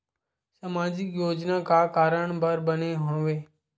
सामाजिक योजना का कारण बर बने हवे?